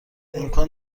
امکان